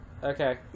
okay